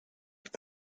with